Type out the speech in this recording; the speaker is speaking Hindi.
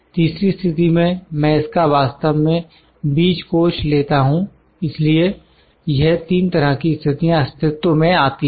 तीसरी स्थिति में मैं इसका वास्तव में बीज कोष लेता हूं इसलिए यह 3 तरह की स्थितियाँ अस्तित्व में हो सकती हैं